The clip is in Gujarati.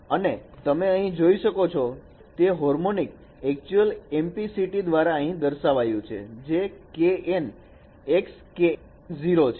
અને તમે અહીં જોઈ શકો છો કે હાર્મોનિક એ હાર્મોનિક એક્ચ્યુઅલ ઇમ્પ્લિસિટ દ્વારા અહીં દર્શાવાયું છે જે kN X k 0 છે